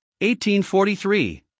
1843